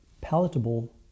palatable